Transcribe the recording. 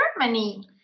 Germany